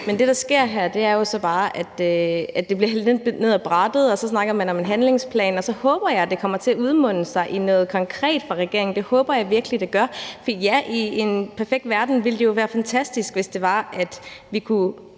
det, der sker her, er jo så bare, at det bliver hældt ned ad brættet, og så snakker man om en handlingsplan, og så håber jeg, at det kommer til at udmønte sig i noget konkret fra regeringens side. Det håber jeg virkelig det gør. For ja, i en perfekt verden ville det jo være fantastisk, hvis det var sådan, at vi kunne